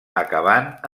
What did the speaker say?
acabant